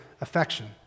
affection